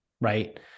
right